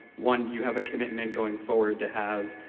one, do you have a commitment going forward to have